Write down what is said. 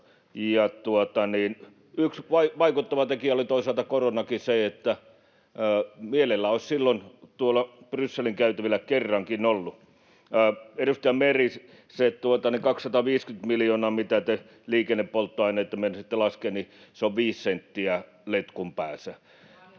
Yksi vaikuttava tekijä oli toisaalta koronakin. Mielellään olisi silloin tuolla Brysselin käytävillä kerrankin ollut. Edustaja Meri, ne 250 miljoonaa, mitä te liikennepolttoaineveroa meinasitte laskea, on 5 senttiä letkun päässä